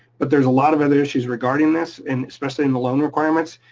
but there's a lot of other issues regarding this and especially in the loan requirements,